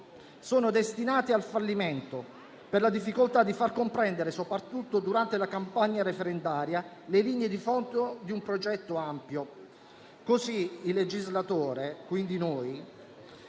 sono destinati al fallimento per la difficoltà di far comprendere, soprattutto durante la campagna referendaria, le linee di fondo di un progetto ampio. Così, il legislatore, quindi noi,